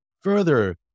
further